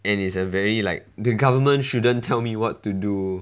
and is a very like the government shouldn't tell me what to do